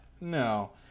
No